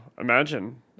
imagine